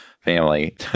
family